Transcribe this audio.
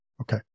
Okay